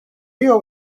jew